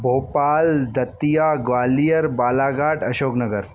Bhopal Datia Gwalior Balaghat Ashok Nagar